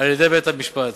על-ידי בית-המשפט,